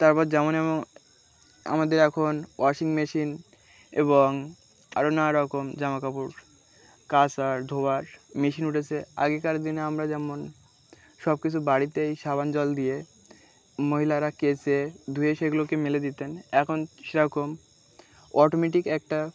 তারপর যেমন মন আমাদের এখন ওয়াশিং মেশিন এবং আরও নানা রকম জামাকাপড় কাসার ধোয়ার মেশিন উঠেছে আগেকার দিনে আমরা যেমন সব কিছু বাড়িতেই সাবান জল দিয়ে মহিলারা কেসে ধুয়ে সেগুলোকে মেলে দিতেন এখন সেরকম অটোমেটিক একটা